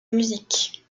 musique